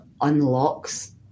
unlocks